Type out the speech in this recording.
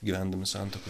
gyvendami santuokoj